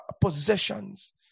possessions